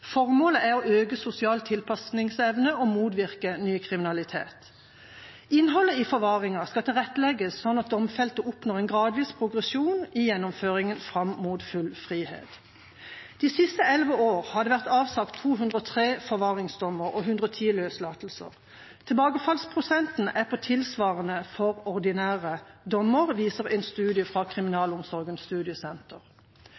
Formålet er å øke sosial tilpasningsevne og motvirke ny kriminalitet. Innholdet i forvaringen skal tilrettelegges slik at domfelte oppnår en gradvis progresjon i gjennomføringen fram mot full frihet. De siste elleve år har det vært avsagt 203 forvaringsdommer og 110 løslatelser. Tilbakefallsprosenten er på nivå tilsvarende som for ordinære dommer viser en studie fra